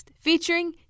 featuring